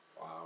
Wow